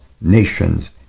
nations